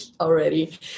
already